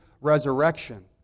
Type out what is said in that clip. resurrection